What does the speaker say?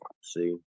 see